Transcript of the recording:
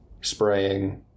spraying